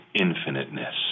infiniteness